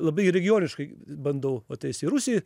labai regioniškai bandau va tai esi rusijoj